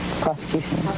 prosecution